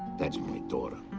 that's my daughter.